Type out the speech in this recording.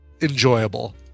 enjoyable